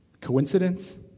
Coincidence